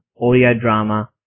Audio-Drama